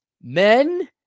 Men